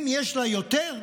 אם יש לה יותר,